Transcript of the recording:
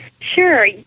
Sure